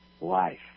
life